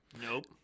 Nope